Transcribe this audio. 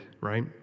right